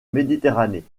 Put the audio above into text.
méditerranée